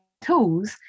tools